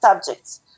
subjects